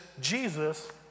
Jesus